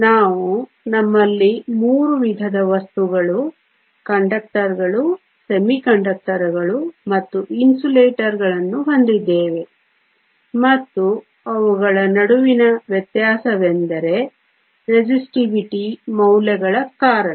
ನಾವು ನಮ್ಮಲ್ಲಿ ಮೂರು ವಿಧದ ವಸ್ತುಗಳು ಕಂಡಕ್ಟರ್ಗಳು ಅರೆವಾಹಕಗಳು ಮತ್ತು ಅವಾಹಕಗಳನ್ನು ಹೊಂದಿದ್ದೇವೆ ಮತ್ತು ಅವುಗಳ ನಡುವಿನ ವ್ಯತ್ಯಾಸವೆಂದರೆ ರೆಸಿಸ್ಟಿವಿಟಿ ಮೌಲ್ಯಗಳ ಕಾರಣ